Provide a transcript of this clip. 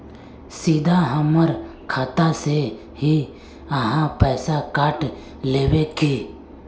सीधा हमर खाता से ही आहाँ पैसा काट लेबे की?